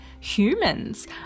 Humans